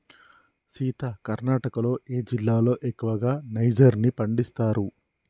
సీత కర్ణాటకలో ఏ జిల్లాలో ఎక్కువగా నైజర్ ని పండిస్తారు